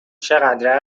چقدر